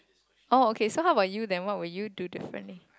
oh okay so how you then what will you do differently